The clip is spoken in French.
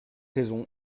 raison